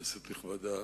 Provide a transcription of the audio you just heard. כנסת נכבדה,